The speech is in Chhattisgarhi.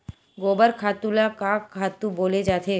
गोबर खातु ल का खातु बोले जाथे?